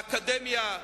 האקדמיה,